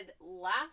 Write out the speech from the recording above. last